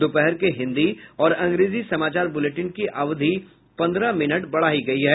दोपहर के हिन्दी और अंग्रेजी समाचार बुलेटिन की अवधि पन्द्रह मिनट बढ़ायी गयी है